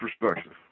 perspective